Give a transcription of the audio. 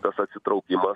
tas atsitraukimas